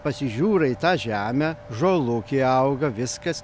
pasižiūri į tą žemę žolukė auga viskas